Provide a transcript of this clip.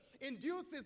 induces